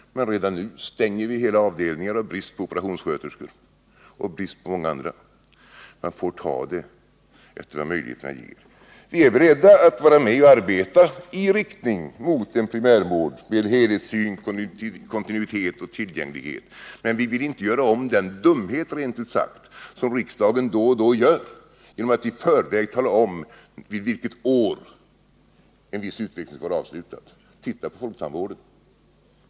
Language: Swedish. Men redan nu stänger vi hela avdelningar av brist på operationssköterskor och brist på många andra sköterskor. Man får ta det efter vad möjligheterna erbjuder. Vi är beredda att vara med och arbeta i riktning mot en primärvård med helhetssyn, kontinuitet och tillgänglighet. Men vi vill inte göra om den dumhet, rent ut sagt, som riksdagen då och då begår genom att i förväg tala om, vilket år en viss utveckling skall vara avslutad. Se på folktandvården!